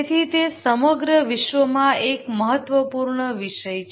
તેથી તે સમગ્ર વિશ્વમાં એક મહત્વપૂર્ણ વિષય છે